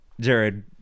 Jared